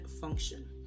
function